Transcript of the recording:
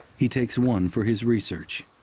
he takes one for his research,